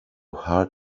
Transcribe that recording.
hard